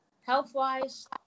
Health-wise